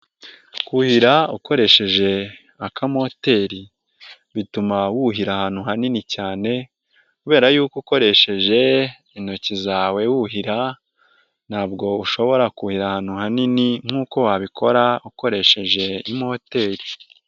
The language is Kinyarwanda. Kuhira ukoresheje akamoteri bituma wuhira ahantu hanini cyane kubera yuko ukoresheje intoki zawe wuhira ntabwo ushobora kuhira ahantu hanini nk'uko wabikora ukoresheje imoteri.